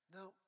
Now